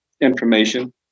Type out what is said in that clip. information